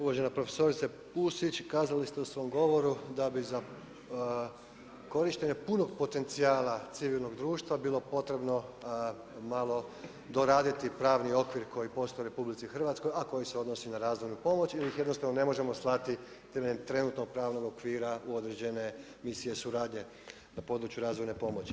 Uvažena profesorice Pusić, kazali ste u svom govoru da biste za korištenje punog potencijala civilnog društva bilo potrebno malo doraditi pravni okvir koji postoji u RH a koji se odnosi na razvojnu pomoć ili ih jednostavno ne možemo slati temeljem trenutnog pravnog okvira u određene misije suradnje na području razvojne pomoći.